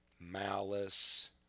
malice